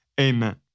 amen